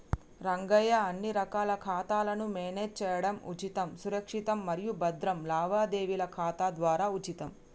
రంగయ్య అన్ని రకాల ఖాతాలను మేనేజ్ చేయడం ఉచితం సురక్షితం మరియు భద్రం లావాదేవీల ఖాతా ద్వారా ఉచితం